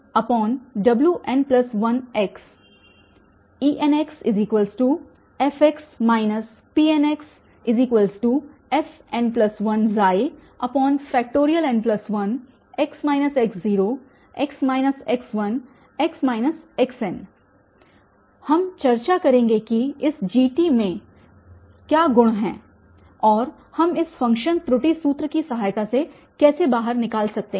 We will discuss what are the properties of this G and how we can get out of with the help of this function the error formula हम चर्चा करेंगे कि इस G के गुण क्या हैं और हम इस फ़ंक्शन त्रुटि सूत्र की सहायता से कैसे बाहर निकल सकते हैं